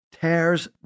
tears